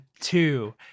two